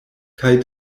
kaj